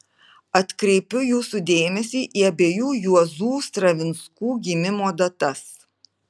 atkreipiu jūsų dėmesį į abiejų juozų stravinskų gimimo datas